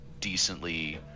decently